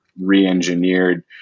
re-engineered